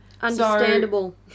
Understandable